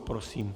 Prosím.